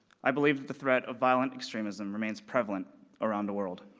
i believe that the threat of violent extremism remains prevalent around the world.